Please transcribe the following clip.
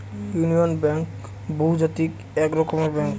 union bank বহুজাতিক এক রকমের ব্যাঙ্ক